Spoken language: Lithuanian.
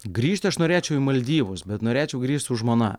grįžt aš norėčiau į maldyvus bet norėčiau su žmona